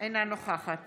אינה נוכחת